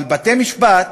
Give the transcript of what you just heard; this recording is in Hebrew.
אבל בית-המשפט,